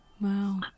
Wow